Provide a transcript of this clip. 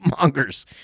mongers